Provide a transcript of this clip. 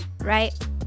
right